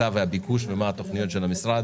והביקוש, מה התכניות של המשרד.